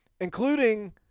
including